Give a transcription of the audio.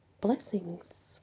blessings